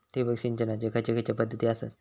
ठिबक सिंचनाचे खैयचे खैयचे पध्दती आसत?